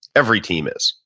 every team is.